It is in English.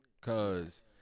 Cause